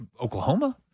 Oklahoma